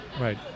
right